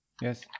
Yes